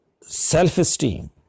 self-esteem